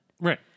right